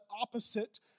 opposite